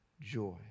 joy